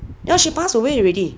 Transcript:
ya she passed away already